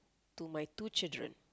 to my two children